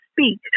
speak